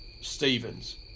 Stevens